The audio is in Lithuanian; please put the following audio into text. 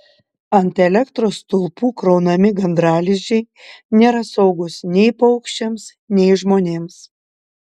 ant elektros stulpų kraunami gandralizdžiai nėra saugūs nei paukščiams nei žmonėms